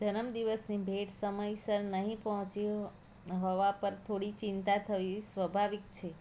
જનમ દિવસની ભેટ સમયસર નહી પહોંચી હોવા પર થોડી ચિંતા થઇ સ્વભાવિક છે